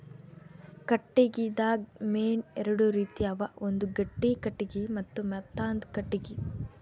ಕಟ್ಟಿಗಿದಾಗ್ ಮೇನ್ ಎರಡು ರೀತಿ ಅವ ಒಂದ್ ಗಟ್ಟಿ ಕಟ್ಟಿಗಿ ಮತ್ತ್ ಮೆತ್ತಾಂದು ಕಟ್ಟಿಗಿ